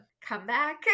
comeback